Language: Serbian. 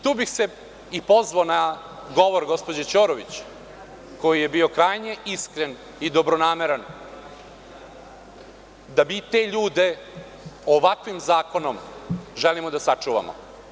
Tu bih se i pozvao na govor gospođe Ćorović koji je bio krajnje iskren i dobronameran da mi te ljude ovakvim zakonom želimo da sačuvamo.